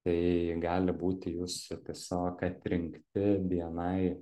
tai gali būti jūsų tiesiog atrinki bni